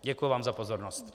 Děkuji vám za pozornost.